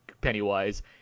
Pennywise